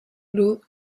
lose